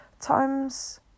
times